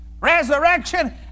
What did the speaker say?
resurrection